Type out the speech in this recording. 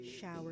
shower